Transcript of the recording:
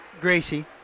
gracie